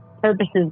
purposes